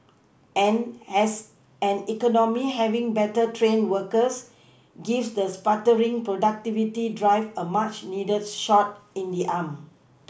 and as an economy having better trained workers gives the sputtering productivity drive a much needed shot in the arm